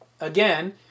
again